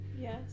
yes